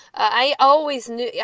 i always knew, yeah